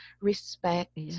Respect